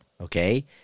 okay